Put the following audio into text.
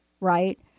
Right